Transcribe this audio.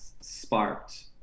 sparked